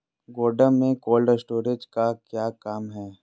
गोडम में cold storage का क्या काम है?